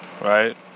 Right